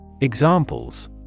Examples